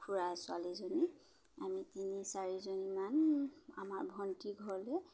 খুৰাৰ ছোৱালীজনী আমি তিনি চাৰিজনীমান আমাৰ ভণ্টিৰ ঘৰলৈ